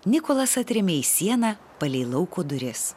nikolas atrėmė į sieną palei lauko duris